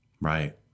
Right